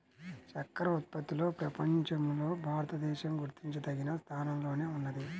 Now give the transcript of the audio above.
చక్కర ఉత్పత్తిలో ప్రపంచంలో భారతదేశం గుర్తించదగిన స్థానంలోనే ఉన్నది